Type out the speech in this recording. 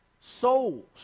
souls